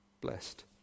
Blessed